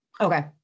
Okay